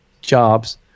jobs